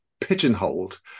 pigeonholed